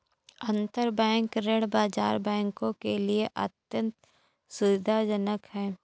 अंतरबैंक ऋण बाजार बैंकों के लिए अत्यंत सुविधाजनक है